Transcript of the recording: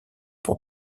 pour